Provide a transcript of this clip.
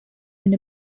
and